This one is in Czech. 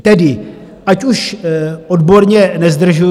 Tedy, ať už odborně nezdržuji.